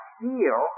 feel